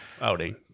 outing